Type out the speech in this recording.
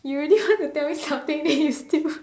you already want to tell me something then you still